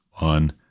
on